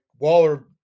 Waller